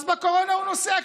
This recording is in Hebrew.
אז בקורונה הוא נוסע,